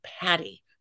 Patty